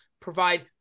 provide